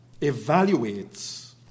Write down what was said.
evaluates